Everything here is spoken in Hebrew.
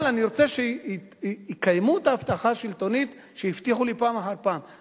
אני רוצה שיקיימו את ההבטחה השלטונית שהבטיחו לי פעם אחר פעם.